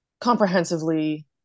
comprehensively